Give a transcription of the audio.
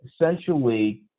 essentially